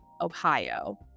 ohio